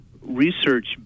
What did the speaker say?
research